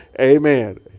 amen